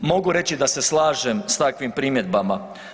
Mogu reći da se slažem s takvim primjedbama.